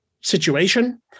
situation